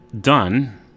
done